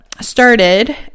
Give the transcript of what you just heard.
started